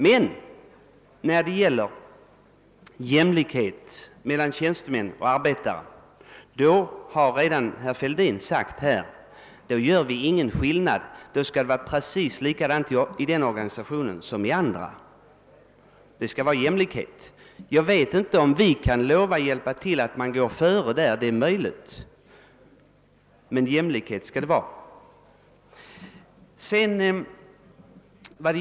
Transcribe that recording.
Men när det gäller jämlikheten mellan arbetare och tjänstemän har herr Fälldin redan sagt att vi inte gör någon skillnad; det skall vara precis likadant i denna organisation som i andra — det skall vara jämlikhet. Jag vet inte om vi kan bidra till att jordbrukets ekonomiska föreningsrörelse kommer att gå före — det är möjligt, men jämlikhet skall det i alla fall vara.